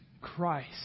Christ